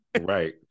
Right